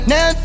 Now